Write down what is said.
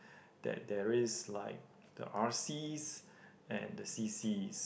that there is like the R_Cs and the C_Cs